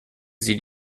sie